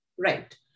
Right